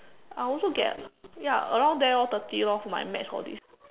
I also get ya around there orh thirty lor for my maths all this